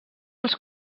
els